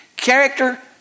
Character